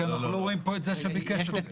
כי אנחנו לא רואים פה את זה שביקש את זה.